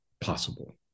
possible